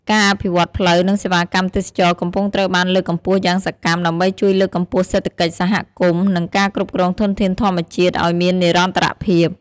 ការអភិវឌ្ឍន៍ផ្លូវ និងសេវាកម្មទេសចរណ៍កំពុងត្រូវបានលើកកម្ពស់យ៉ាងសកម្ម ដើម្បីជួយលើកកម្ពស់សេដ្ឋកិច្ចសហគមន៍ និងការគ្រប់គ្រងធនធានធម្មជាតិឱ្យមាននិរន្តរភាព។